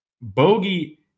Bogey